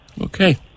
Okay